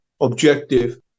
objective